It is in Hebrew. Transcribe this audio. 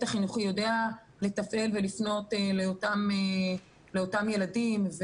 החינוכי יודע לתפעל ולפנות לאותם ילדים.